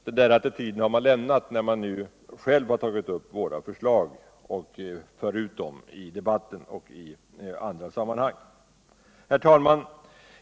Den attitvden har man lämnat när man nu själv har tagit upp våra förslag, förutom 1 debatten i andra sammanhang. Herr talman!